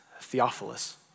Theophilus